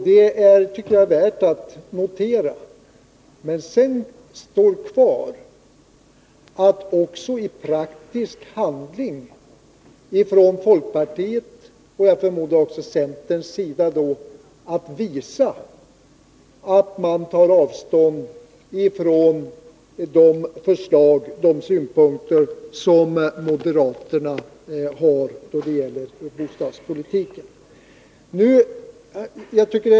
Detta avståndstagande är värt att notera, men för folkpartiet, och även för centern, återstår att också i praktisk handling visa att man tar avstånd från de förslag och synpunkter som moderaterna har då det gäller bostadspolitiken.